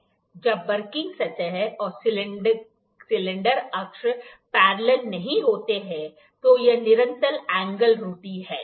जब वर्किंग सतह और सिलेंडर अक्ष पैरेलल नहीं होते हैं तो यह निरंतर एंगल त्रुटि है